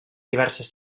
diverses